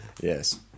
Yes